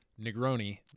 Negroni